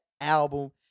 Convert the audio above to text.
album